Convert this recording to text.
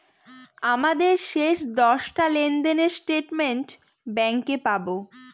আমাদের শেষ দশটা লেনদেনের স্টেটমেন্ট ব্যাঙ্কে পাবো